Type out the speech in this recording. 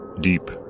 deep